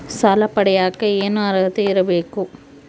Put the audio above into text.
ಸಾಲ ಪಡಿಯಕ ಏನು ಅರ್ಹತೆ ಇರಬೇಕು?